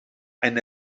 ein